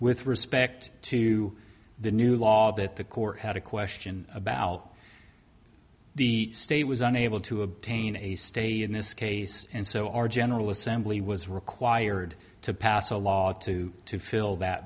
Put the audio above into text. with respect to the new law that the court had a question about the state was unable to obtain a state in this case and so our general assembly was required to pass a law to fill that